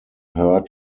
heard